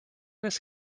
this